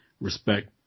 respect